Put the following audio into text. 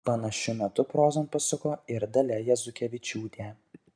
panašiu metu prozon pasuko ir dalia jazukevičiūtė